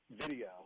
video